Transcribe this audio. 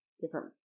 different